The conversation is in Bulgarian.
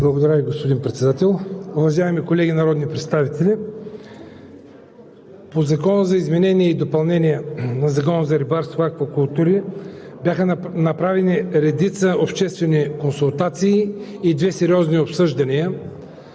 Благодаря Ви, господин Председател. Уважаеми колеги народни представители! По Закона за изменение и допълнение на Закона за рибарството и аквакултурите бяха направени редица обществени консултации, едни сериозни обсъждания